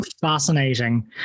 fascinating